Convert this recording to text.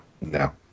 No